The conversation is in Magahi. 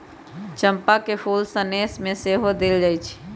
चंपा के फूल सनेश में सेहो देल जाइ छइ